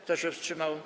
Kto się wstrzymał?